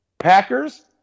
Packers